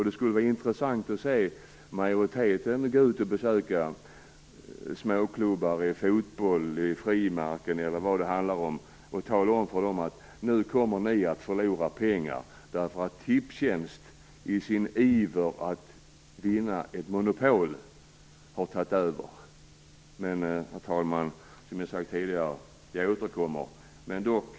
Det skulle vara intressant att se majoriteten besöka småklubbar för fotboll, frimärken eller vad det nu kan vara och tala om för dessa att de kommer att förlora pengar, därför att Tipstjänst i sin iver att vinna ett monopol har tagit över. Herr talman! Som jag tidigare sagt återkommer jag med en interpellation.